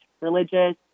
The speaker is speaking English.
religious